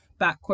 backcourt